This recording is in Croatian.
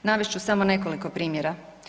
Navest ću samo nekoliko primjera.